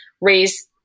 raise